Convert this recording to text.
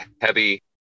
heavy